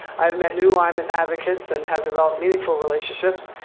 i've met new lyme and advocates and have developed meaningful relationships,